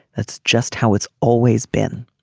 that's just how it's always been.